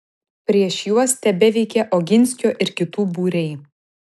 prieš juos tebeveikė oginskio ir kitų būriai